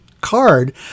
card